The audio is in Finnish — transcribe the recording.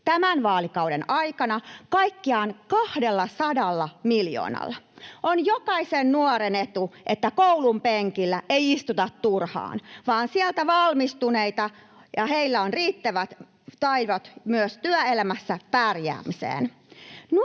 tämän vaalikauden aikana kaikkiaan 200 miljoonalla. On jokaisen nuoren etu, että koulunpenkillä ei istuta turhaan vaan sieltä valmistuneilla on riittävät taidot myös työelämässä pärjäämiseen.